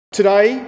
Today